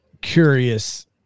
curious